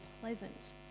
pleasant